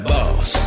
Boss